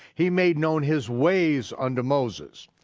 he made known his ways unto moses.